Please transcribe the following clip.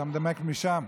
אתה מנמק משם?